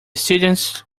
students